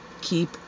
keep